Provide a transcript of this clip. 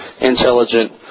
intelligent